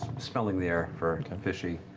smelling the air for fishy.